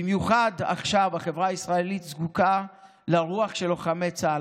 במיוחד עכשיו החברה הישראלית זקוקה לרוח של לוחמי צה"ל,